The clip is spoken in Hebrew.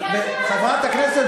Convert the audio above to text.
אל תנצלי את, חנין,